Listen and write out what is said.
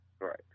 Right